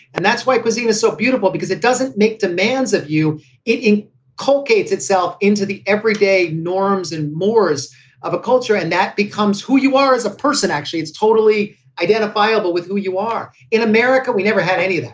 and that's why cuisine is so beautiful, because it doesn't make demands of you eating cocaine's itself into the everyday norms and mores of a culture. and that becomes who you are as a person, actually. it's totally identifiable with who you are in america. we never had any.